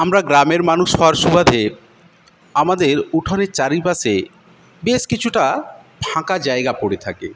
আমরা গ্রামের মানুষ হওয়ার সুবাদে আমাদের উঠোনের চারিপাশে বেশ কিছুটা ফাঁকা জায়গা পড়ে থাকে